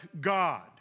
God